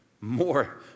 more